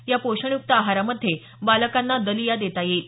या पोषण युक्त आहारामध्ये बालकांना दलिया देता येईल